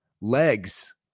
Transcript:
legs